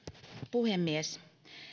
puhemies